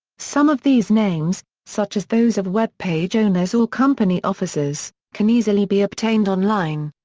some of these names, such as those of webpage owners or company officers, can easily be obtained online.